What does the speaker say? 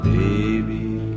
baby